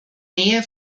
nähe